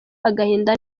agahinda